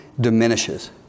diminishes